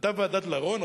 היתה ועדת-לרון,